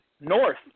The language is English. north